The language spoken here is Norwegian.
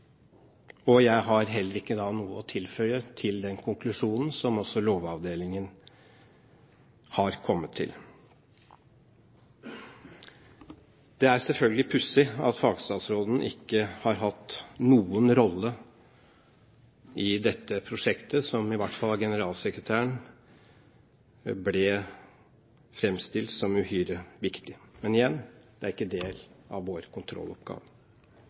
og jeg har heller ikke noe å tilføye til den konklusjonen, som også Lovavdelingen har kommet til. Det er selvfølgelig pussig at fagstatsråden ikke har hatt noen rolle i dette prosjektet, som i hvert fall av generalsekretæren ble framstilt som uhyre viktig. Men igjen – det er ikke del av vår kontrolloppgave.